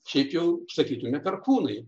šiap jau sakytume perkūnai